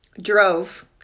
drove